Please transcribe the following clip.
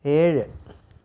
ഏഴ്